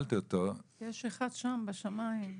יש אחד גדול שם בשמיים.